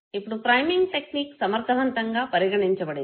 ఇప్పుడు priming technique సమర్థవంతమైనదిగా పరిగణించబడింది